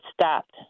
stopped